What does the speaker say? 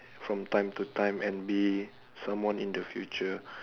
from time to time and be someone in the future